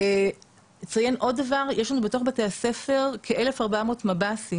יש לנו בתוך בתי הספר יש לנו כ-1,400 מב"סים,